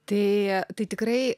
tai tai tikrai